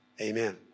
Amen